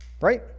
right